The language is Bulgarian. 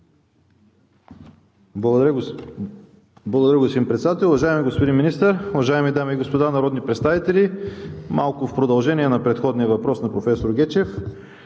Благодаря, господин Председател. Уважаеми господин Министър, уважаеми дами и господа народни представители! Малко в продължение на предходния въпрос на професор Гечев.